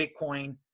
Bitcoin